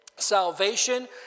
Salvation